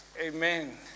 Amen